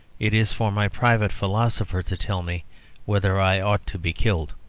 it is for my private philosopher to tell me whether i ought to be killed.